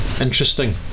Interesting